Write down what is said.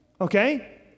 okay